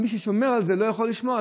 מי ששומר על זה לא יכול לשמור.